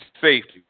safety